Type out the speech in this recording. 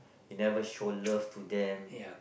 you never show love to them